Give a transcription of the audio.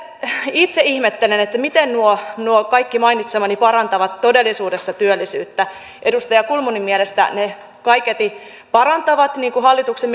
itse ihmettelen miten nuo nuo kaikki mainitsemani parantavat todellisuudessa työllisyyttä edustaja kulmunin mielestä ne kaiketi parantavat niin kuin hallituksen